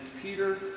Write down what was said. Peter